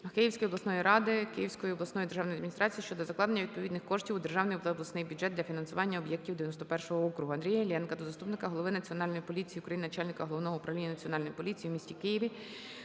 Київської обласної ради, Київської обласної державної адміністрації щодо закладення відповідних коштів у державний та обласний бюджет для фінансування об'єктів 91 округу. Андрія Іллєнка до заступника голови Національної поліції України - начальника Головного управління Національної поліції у місті Києві,